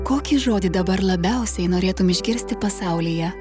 kokį žodį dabar labiausiai norėtum išgirsti pasaulyje